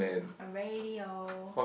a radio